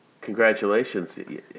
Congratulations